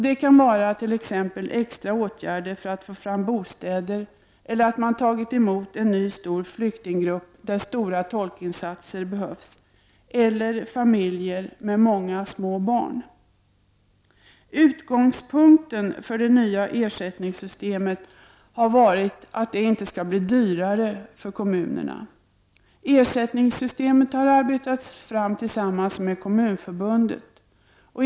Det kan t.ex. vara extra åtgärder för att få fram bostäder eller att man tagit emot en ny stor flyktinggrupp där stora tolkinsatser behövs eller familjer med många små barn. Utgångspunkten för det nya ersättningssystemet har varit att det inte skall bli dyrare för kommunerna. Ersättningssystemet har arbetats fram tillsammans med Kommunförbundet.